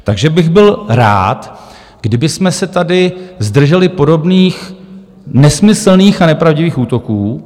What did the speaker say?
Takže bych byl rád, kdybychom se tady zdrželi podobných nesmyslných a nepravdivých útoků.